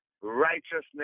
Righteousness